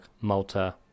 Malta